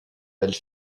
belle